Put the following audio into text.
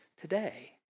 today